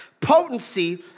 potency